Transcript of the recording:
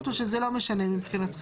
או שזה לא משנה מבחינתכם?